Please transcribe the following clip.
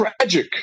tragic